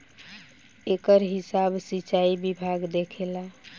एकर हिसाब सिचाई विभाग देखेला